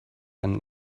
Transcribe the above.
and